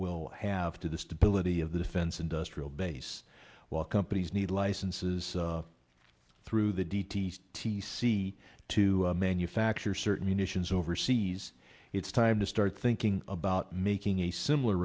will have to the stability of the defense industrial base while companies need licenses through the d t t c to manufacture certain nations overseas it's time to start thinking about making a similar